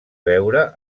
veure